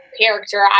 character